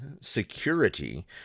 security